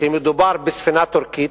כי מדובר בספינה טורקית,